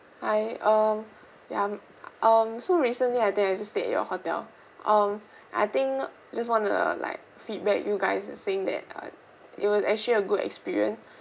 hi um ya um so recently I think I just stayed at your hotel um I think just wanna like feedback you guys saying that uh it was actually a good experience